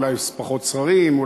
אולי פחות שרים.